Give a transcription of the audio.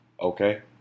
okay